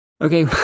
Okay